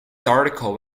article